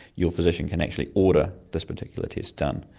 your physician can actually order this particular test done,